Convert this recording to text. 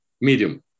medium